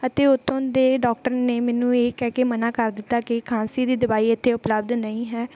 ਅਤੇ ਉੱਥੋਂ ਦੇ ਡੋਕਟਰ ਨੇ ਮੈਨੂੰ ਇਹ ਕਹਿ ਕੇ ਮਨਾ ਕਰ ਦਿੱਤਾ ਕਿ ਖਾਂਸੀ ਦੀ ਦਵਾਈ ਇੱਥੇ ਉਪਲੱਬਧ ਨਹੀਂ ਹੈ